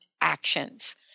actions